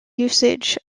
usage